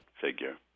figure